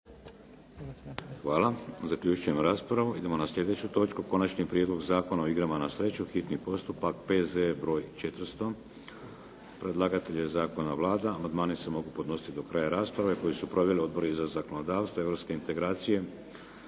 Vladimir (HDZ)** Idemo na sljedeću točku - Konačni prijedlog Zakona o igrama na sreću, hitni postupak, prvo i drugo čitanje, P.Z.E. br. 400 Predlagatelj je zakona Vlada. Amandmani se mogu podnositi do kraja rasprave koju su proveli odbori za zakonodavstvo, europske integracije,